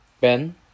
Ben